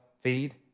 feed